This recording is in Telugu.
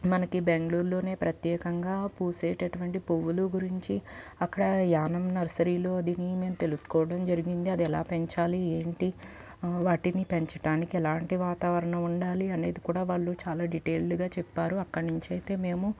మనకి బెంగుళూరులో ప్రత్యేకంగా పూసే అటువంటి పువ్వులు గురించి అక్కడ యానం నర్సరీలో అది మేము తెలుసుకోవడం జరిగింది అది ఎలా పెంచాలి ఏంటి వాటిని పెంచటానికి ఎలాంటి వాతావరణం ఉండాలి అనేది కూడ వాళ్ళు చాలా డిటైల్డ్గా చెప్పారు అక్కడి నుంచి అయితే మేము